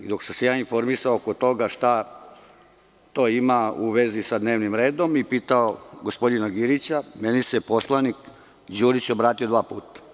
Dok sam se ja informisa oko toga šta to ima u vezi sa dnevnim redom i pitao gospodina Girića, meni se poslanik Đurić obratio dva puta.